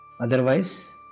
otherwise